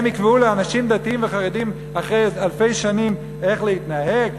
הם יקבעו לאנשים דתיים וחרדים אחרי אלפי שנים איך להתנהג,